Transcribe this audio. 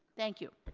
thank you.